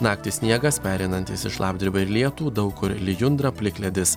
naktį sniegas pereinantis į šlapdribą ir lietų daug kur lijundra plikledis